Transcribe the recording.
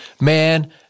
man